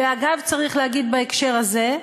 ואגב, צריך להגיד בהקשר הזה,